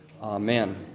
amen